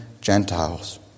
Gentiles